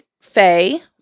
Faye